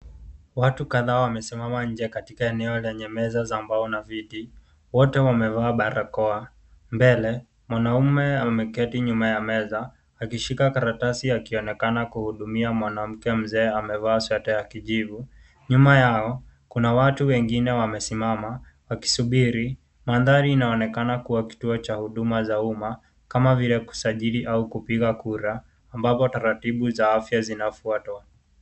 Watu kadhaa wamesimama nje katika eneo lenye meza za mbao na viti. Wote wamevaa barakoa. Mbele mwanaume ameketi nyuma ya meza akishika karatasi akionekana kuhudumia mwanamke mzee, amevaa sweta ya kijivu. Nyuma yao kuna watu wengine wamesimama wakisubiri. Mandhari inaonekana kuwa kituo cha huduma za umma, kama vile kusajili au kupika kura, ambapo taratibu za afya zinafuatwa.